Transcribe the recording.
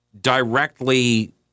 directly